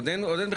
עוד אין בכלל.